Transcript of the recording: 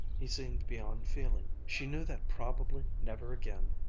he seemed beyond feeling. she knew that probably never again,